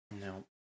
No